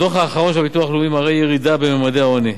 הדוח האחרון של הביטוח הלאומי מראה ירידה בממדי העוני.